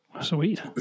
Sweet